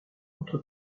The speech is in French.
entre